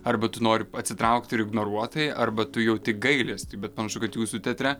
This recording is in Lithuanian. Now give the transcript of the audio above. arba tu nori atsitraukti ir ignoruot tai arba tu jauti gailestį bet panašu kad jūsų teatre